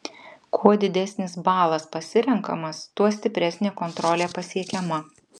kuo didesnis balas pasirenkamas tuo stipresnė kontrolė pasiekiama